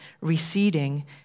receding